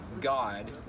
God